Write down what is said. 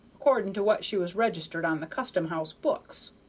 according to what she was registered on the custom-house books.